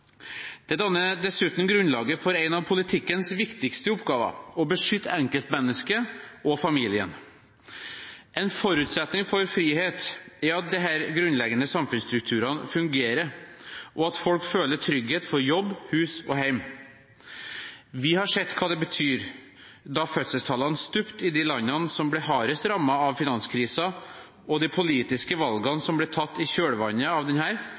Det danner dessuten grunnlaget for en av politikkens viktigste oppgaver: å beskytte enkeltmennesket og familien. En forutsetning for frihet er at disse grunnleggende samfunnsstrukturene fungerer, og at folk føler trygghet for jobb, hus og hjem. Vi har sett hva det betyr: Fødselstallene stupte i de landene som ble hardest rammet av finanskrisen og de politiske valgene som ble tatt i kjølvannet av den,